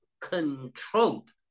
controlled